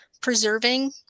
preserving